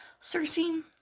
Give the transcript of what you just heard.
Cersei